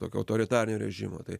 tokio autoritarinio režimo tai